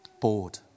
Bored